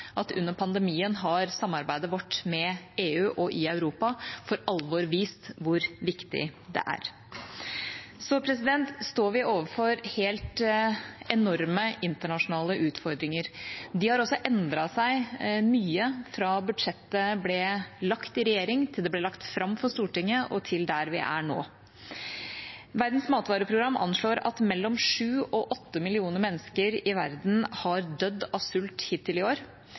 at under pandemien har samarbeidet vårt med EU og i Europa for alvor vist hvor viktig det er. Så står vi overfor helt enorme internasjonale utfordringer. De har også endret seg mye fra budsjettet ble lagt i regjering, til det ble lagt fram for Stortinget og til der vi er nå. Verdens matvareprogram anslår at mellom sju og åtte millioner mennesker i verden har dødd av sult hittil i år.